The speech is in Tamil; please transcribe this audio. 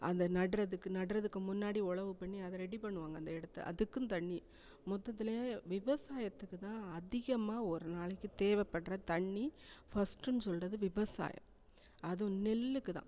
அந்த நடுறதுக்கு நடுறதுக்கு முன்னாடி உழவு பண்ணி அதை ரெடி பண்ணுவாங்க அந்த இடத்த அதுக்கும் தண்ணி மொத்தத்தில் விவசாயத்துக்கு தான் அதிகமாக ஒரு நாளைக்கு தேவைப்பட்ற தண்ணி ஃபஸ்ட்டுன்னு சொல்கிறது விவசாயம் அதுவும் நெல்லுக்கு தான்